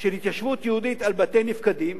של התיישבות יהודית על בתי נפקדים,